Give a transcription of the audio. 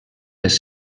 les